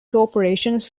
corporations